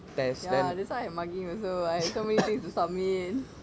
ya that's why I mugging also [what] so many things to submit